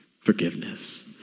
forgiveness